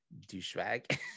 douchebag